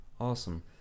awesome